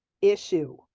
issue